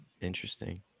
interesting